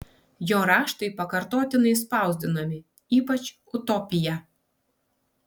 jo raštai pakartotinai spausdinami ypač utopija